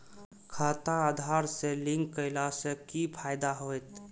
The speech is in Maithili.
खाता आधार से लिंक केला से कि फायदा होयत?